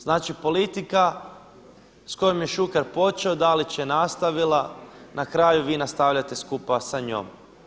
Znači politika s kojom je Šuker počeo, Dalić je nastavila na kraju vi nastavljate skupa sa njom.